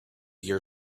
your